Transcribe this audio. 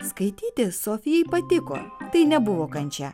skaityti sofijai patiko tai nebuvo kančia